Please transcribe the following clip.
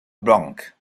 bank